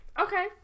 Okay